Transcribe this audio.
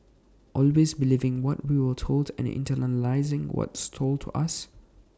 always believing what we are told and internalising what's sold to us